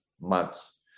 months